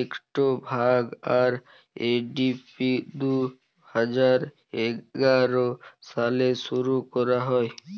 ইকট ভাগ, আর.এ.ডি.পি দু হাজার এগার সালে শুরু ক্যরা হ্যয়